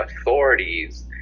authorities